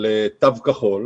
על תו כחול,